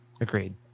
Agreed